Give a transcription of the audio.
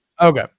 Okay